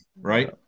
right